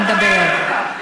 אתה לא יודע על מה אתה מדבר.